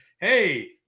hey